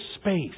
space